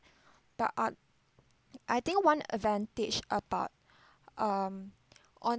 but uh I think one advantage about um